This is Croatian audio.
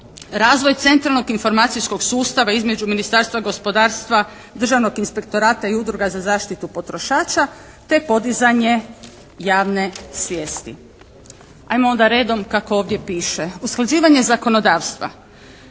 razvoj centralnog informacijskog sustava između Ministarstva gospodarstva, Državnog inspektorata i udruga za zaštitu potrošača te podizanje javne svijesti. Ajmo onda redom kako ovdje piše. Usklađivanje zakonodavstva.